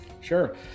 Sure